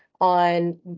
on